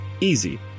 Easy